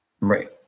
Right